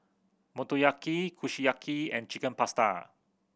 Motoyaki Kushiyaki and Chicken Pasta